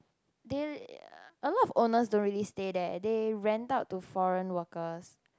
they a lot of owners don't really stay there they rent out to foreign workers